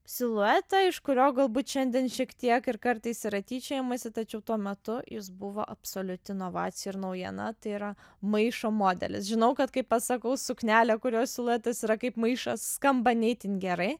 siluetą iš kurio galbūt šiandien šiek tiek ir kartais yra tyčiojamasi tačiau tuo metu jis buvo absoliuti inovacija ir naujiena tai yra maišo modelis žinau kad kai pasakau suknelė kurios siluetas yra kaip maišas skamba ne itin gerai